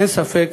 אין ספק